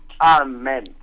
amen